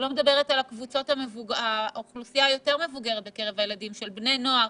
ואני לא מדברת על האוכלוסייה היותר מבוגרת בקרב הילדים של בני נוער